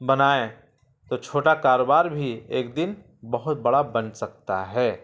بنائیں تو چھوٹا کاروبار بھی ایک دن بہت بڑا بن سکتا ہے